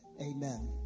amen